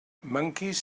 monkeys